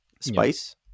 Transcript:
spice